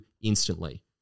instantly